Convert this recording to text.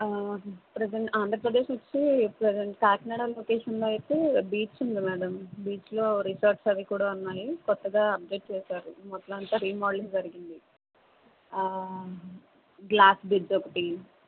present Andhra Pradesh వచ్చి present Kakinada లొకేషన్లో అయితే బీచ్ ఉంది మేడం బీచ్లో రిసార్ట్స్ అవి కూడా ఉన్నాయి కొత్తగా అబ్జెక్ట్ చేసారు మొత్తం అంత రిమోడలింగ్ జరిగింది గ్లాస్ బ్రిడ్జ్ ఒకటి